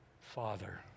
father